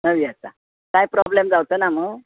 नवी आसा काय प्रोबलम जांवचो ना मू